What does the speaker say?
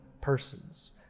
persons